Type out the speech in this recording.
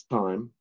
time